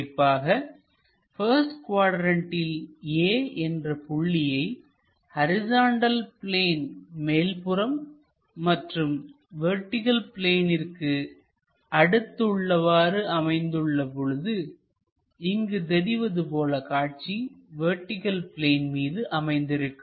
குறிப்பாக பஸ்ட் குவாட்ரண்ட்டில் A என்ற புள்ளி ஹரிசாண்டல் பிளேன் மேல்புறம் மற்றும் வெர்டிகள் பிளேனிற்கு அடுத்து உள்ளவாறு அமைந்துள்ள பொழுது இங்கு தெரிவது போல காட்சி வெர்டிகள் பிளேன் மீது அமைந்திருக்கும்